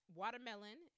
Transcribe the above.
watermelon